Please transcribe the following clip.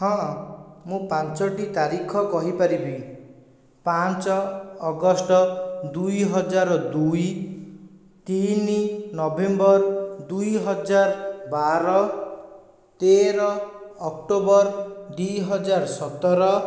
ହଁ ମୁଁ ପାଞ୍ଚୋଟି ତାରିଖ କହିପାରିବି ପାଞ୍ଚ ଅଗଷ୍ଟ ଦୁଇହଜାର ଦୁଇ ତିନି ନଭେମ୍ବର ଦୁଇହଜାର ବାର ତେର ଅକ୍ଟୋବର ଦୁଇହଜାର ସତର